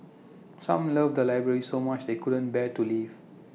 some love the library so much they couldn't bear to leave